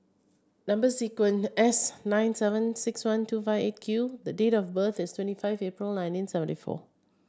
number sequined S nine seven six one two five Eight Q the date of birth is twenty five April nineteen seventy four